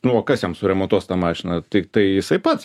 nu o kas jam suremontuos tą mašiną tiktai jisai pats